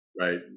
right